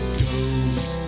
goes